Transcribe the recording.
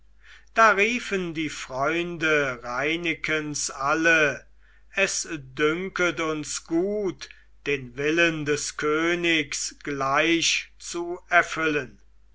da riefen die freunde reinekens alle es dünket uns gut den willen des königs gleich zu erfüllen